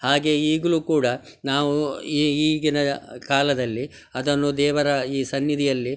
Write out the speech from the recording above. ಹಾಗೆ ಈಗಲು ಕೂಡ ನಾವು ಈಗಿನ ಕಾಲದಲ್ಲಿ ಅದನ್ನು ದೇವರ ಈ ಸನ್ನಿಧಿಯಲ್ಲಿ